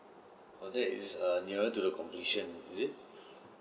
oh that is err nearer to the completion is it